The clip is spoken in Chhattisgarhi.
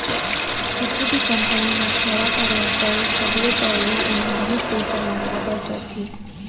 कुछु भी कंपनी ल खड़ा करे बर सबले पहिली ओमा बहुत पइसा लगाए बर परथे